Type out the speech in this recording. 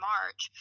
March